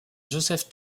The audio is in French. joseph